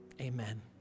Amen